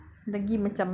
so macam so